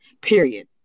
Period